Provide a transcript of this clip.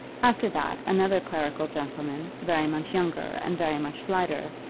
after that, another clerical gentleman, very much younger and very much slighter,